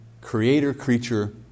Creator-creature